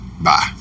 bye